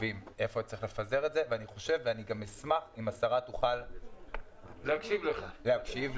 אני מעוניין לשמוע מה היקף הפריסה כדי שנוכל לראות שזה יעבוד